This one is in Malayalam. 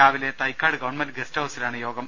രാവിലെ തൈക്കാട് ഗവൺമെന്റ് ഗസ്റ്റ് ഹൌസിലാണ് യോഗം